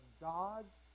God's